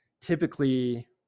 typically